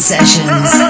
Sessions